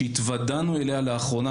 שהתוודענו אליו לאחרונה,